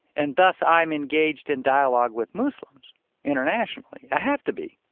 and thus, i'm engaged in dialogue with muslims internationally. i have to be